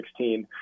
2016